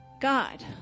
God